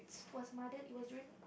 was mother it was during